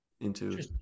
into-